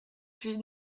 plus